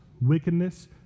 wickedness